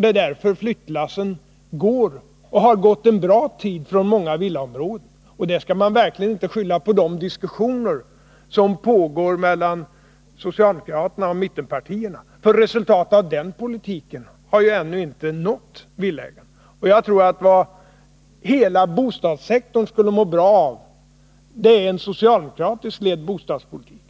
Det är därför flyttlassen går, och har gått en bra tid, från många villaområden. Detta skall man verkligen inte skylla på de diskussioner som pågår mellan socialdemokraterna och mittenpartierna. Resultatet av den politiken har ju ännu inte nått villaägarna. Jag tror att vad hela bostadssektorn skulle må bra av är en socialdemokratiskt ledd bostadspolitik,